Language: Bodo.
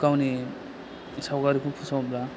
गावनि सावगारिखौ फोसावब्ला